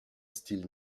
style